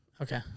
Okay